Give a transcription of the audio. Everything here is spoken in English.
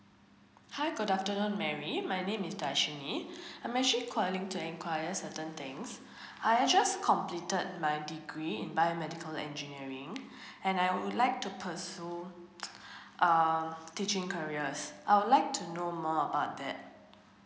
hi good afternoon marry my name is darshini I'm actually calling to enquire certain things I just completed my degree in biomedical engineering and I would like to pursue err teaching careers I would like to know more about that